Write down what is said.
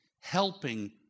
helping